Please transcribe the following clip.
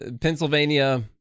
Pennsylvania